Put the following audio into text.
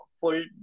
full